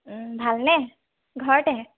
ভালনে ঘৰতে